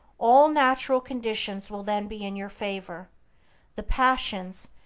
all natural conditions will then be in your favor the passions,